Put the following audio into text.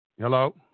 Hello